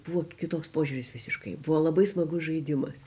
buvo kitoks požiūris visiškai buvo labai smagus žaidimas